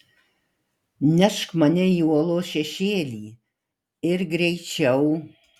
nešk mane į uolos šešėlį ir greičiau